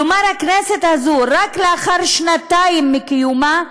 כלומר, הכנסת הזאת, לאחר רק שנתיים מקיומה,